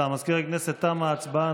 מזכיר הכנסת, תמה ההצבעה.